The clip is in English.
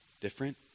different